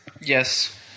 Yes